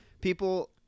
people